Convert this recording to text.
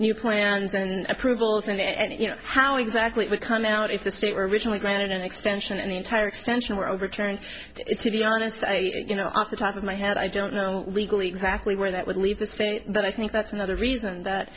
new plans and approvals and you know how exactly it would come out if the state were originally granted an extension and the entire extension were overturned to be honest you know off the top of my head i don't know legally exactly where that would leave the state but i think that's another reason that